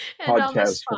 podcast